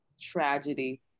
tragedy